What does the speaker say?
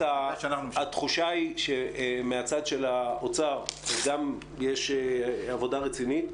התחושה היא שמהצד של האוצר גם יש עבודה רצינית,